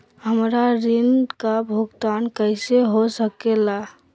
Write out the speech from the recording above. हमरा ऋण का भुगतान कैसे हो सके ला?